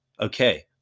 okay